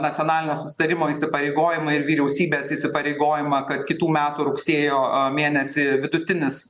nacionalinio susitarimo įsipareigojimą ir vyriausybės įsipareigojimą kad kitų metų rugsėjo mėnesį vidutinis